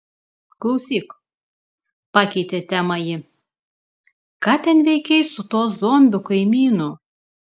klausyk pakeitė temą ji ką ten veikei su tuo zombiu kaimynu